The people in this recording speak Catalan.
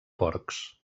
porcs